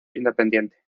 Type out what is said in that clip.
independiente